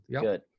Good